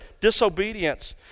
disobedience